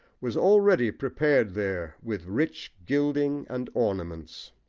was already prepared there, with rich gilding and ornaments,